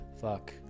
Fuck